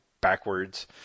backwards